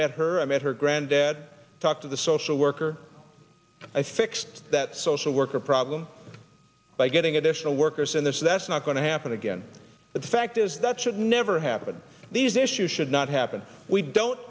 met her i met her granddad talked to the social worker i fixed that social worker problem by getting additional workers in this that's not going to happen again but the fact is that should never happen these issues should not happen we don't